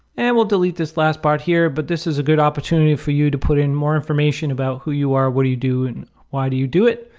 and we'll delete this last part here, but this is a good opportunity for you to put in more information about who you are, what do you do and why do you do it,